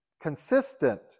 consistent